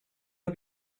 are